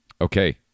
Okay